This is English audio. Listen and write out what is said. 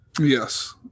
Yes